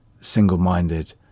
single-minded